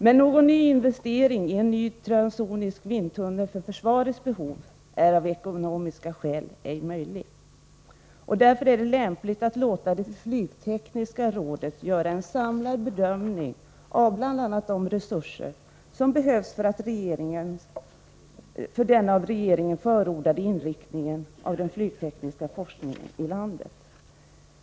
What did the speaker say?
Men någon investering i en ny transsonisk vindtunnel för försvarets behov är av ekonomiska skäl ej möjlig. Det är lämpligt att låta det flygtekniska rådet göra en samlad bedömning av bl.a. de resurser som behövs för den av regeringen förordade inriktningen av den flygtekniska forskningen i landet.